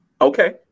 Okay